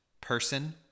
person